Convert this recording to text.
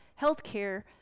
healthcare